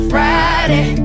Friday